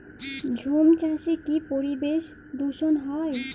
ঝুম চাষে কি পরিবেশ দূষন হয়?